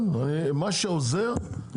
אני בעד כל מה שיעזור.